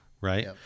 right